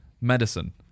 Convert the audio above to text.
medicine